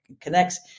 connects